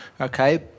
okay